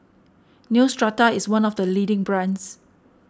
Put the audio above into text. Neostrata is one of the leading brands